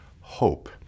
hope